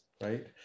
right